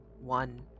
one